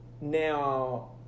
now